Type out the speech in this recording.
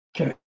Okay